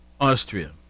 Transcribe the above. Austria